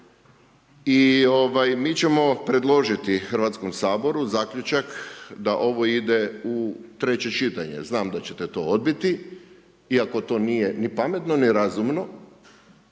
i mi ćemo predložiti Hrvatskom saboru zaključak da ovo ide u treće čitanje. Znam da ćete to odbiti, iako to nije ni pametno, ni razumno